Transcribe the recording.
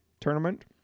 tournament